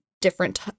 different